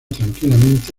tranquilamente